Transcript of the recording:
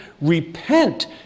Repent